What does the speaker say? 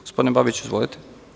Gospodine Babiću, izvolite.